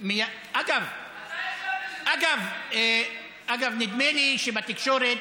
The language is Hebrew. אתה החלטת שזה, אגב, נדמה לי שבתקשורת: